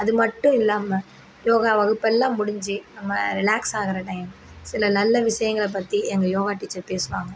அதுமட்டும் இல்லாமல் யோகா வகுப்பெல்லாம் முடிஞ்சு நம்ம ரிலாக்ஸ் ஆகுகிற டைம் சில நல்ல விஷயங்கள பற்றி எங்கள் யோகா டீச்சர் பேசுவாங்க